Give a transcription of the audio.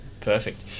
Perfect